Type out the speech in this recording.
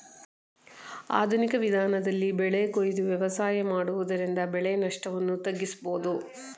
ಆಧುನಿಕ ವಿಧಾನದಲ್ಲಿ ಬೆಳೆ ಕೊಯ್ದು ವ್ಯವಸಾಯ ಮಾಡುವುದರಿಂದ ಬೆಳೆ ನಷ್ಟವನ್ನು ತಗ್ಗಿಸಬೋದು